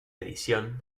edición